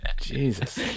Jesus